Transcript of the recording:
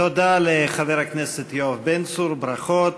תודה לחבר הכנסת יואב בן צור, ברכות.